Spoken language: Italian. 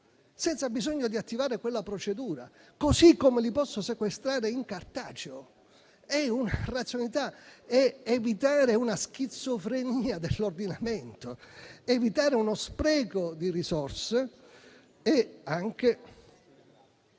senza bisogno di attivare quella procedura, così come li posso sequestrare in cartaceo. È una razionalità e serve a evitare una schizofrenia dell'ordinamento e uno spreco di risorse. È anche